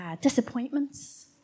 disappointments